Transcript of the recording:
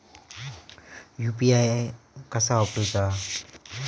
UPI कसा वापरूचा?